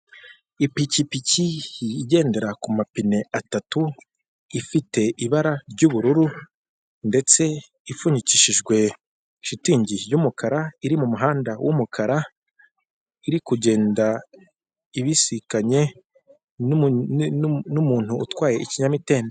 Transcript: Ipikipiki igendera ku mapine atatu ifite ibara ry'ubururu ndetse ipfunyikishijwe shitingi y'umukara iri mumuhanda w'umukara iri kugenda ibisikanye n'umuntu utwaye ikinyamitende.